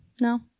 No